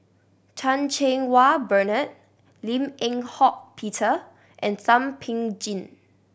Chan Cheng Wah Bernard Lim Eng Hock Peter and Thum Ping Tjin